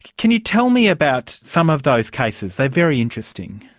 can you tell me about some of those cases? they're very interesting.